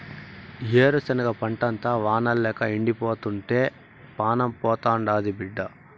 ఏరుశనగ పంటంతా వానల్లేక ఎండిపోతుంటే పానం పోతాండాది బిడ్డా